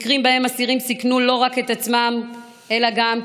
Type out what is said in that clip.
מקרים שבהם אסירים סיכנו לא רק את עצמם אלא גם,